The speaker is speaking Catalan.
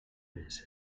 més